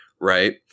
Right